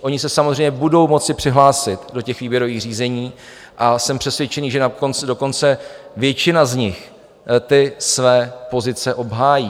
Oni se samozřejmě budou moci přihlásit do těch výběrových řízení a jsem přesvědčen, že dokonce většina z nich své pozice obhájí.